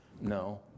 No